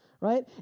Right